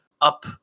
up